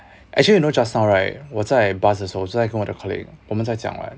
actually you know just now right 我在 bus 的时候我就在跟我的 colleague 我们在讲 like